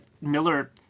Miller